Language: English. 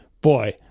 boy